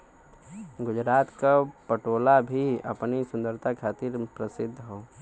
गुजरात क पटोला भी अपनी सुंदरता खातिर परसिद्ध हौ